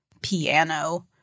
piano